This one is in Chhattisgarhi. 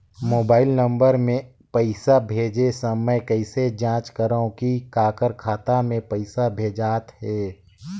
मोबाइल नम्बर मे पइसा भेजे समय कइसे जांच करव की काकर खाता मे पइसा भेजात हे?